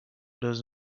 does